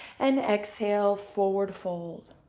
and exhale. forward fold.